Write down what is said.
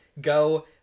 go